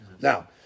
Now